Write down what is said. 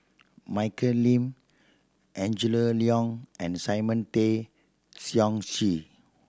Michelle Lim Angela Liong and Simon Tay Seong Chee